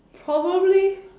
probably